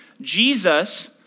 Jesus